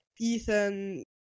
Ethan